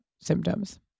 symptoms